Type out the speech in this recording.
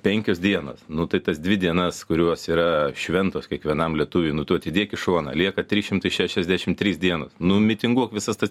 penkios dienos nu tai tas dvi dienas kurios yra šventos kiekvienam lietuviui nu tu atidėk į šoną lieka trys šimtai šešiasdešim trys dienos nu mitinguok visas tas